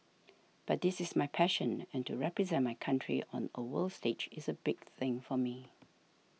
but this is my passion and to represent my country on a world stage is a big thing for me